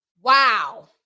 Wow